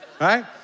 right